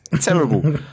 terrible